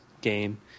game